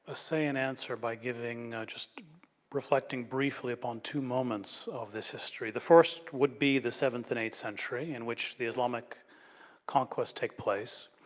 ah say and answer by giving just reflecting briefly upon two moments of this history. the first would be the seventh and eighth century in which the islamic conquests take place.